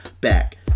back